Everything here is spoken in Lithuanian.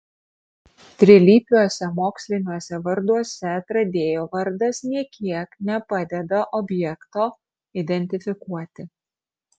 trilypiuose moksliniuose varduose atradėjo vardas nė kiek nepadeda objekto identifikuoti